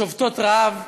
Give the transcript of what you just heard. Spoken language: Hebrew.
שובתות רעב,